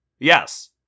Yes